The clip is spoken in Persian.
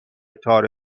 تار